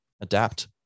adapt